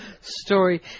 story